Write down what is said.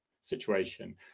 situation